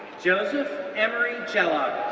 joseph emery jellock,